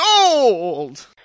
gold